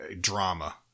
drama